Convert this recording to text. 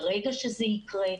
ברגע שזה יקרה,